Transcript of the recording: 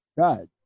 God